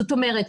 זאת אומרת,